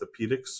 orthopedics